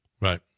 Right